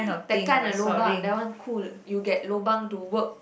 that kind of lobang that one cool you get lobang to work